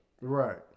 Right